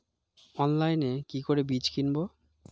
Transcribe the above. অনলাইনে কি করে বীজ কিনব?